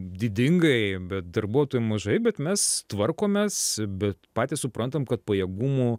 didingai bet darbuotojų mažai bet mes tvarkomės bet patys suprantam kad pajėgumų